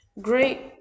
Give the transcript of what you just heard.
great